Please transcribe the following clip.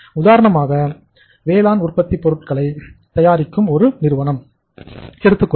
உதாரணமாக வேளாண் உற்பத்தி பொருட்களை தயாரிக்கும் ஒரு நிறுவனத்தை எடுத்துக்கொள்வோம்